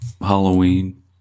Halloween